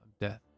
death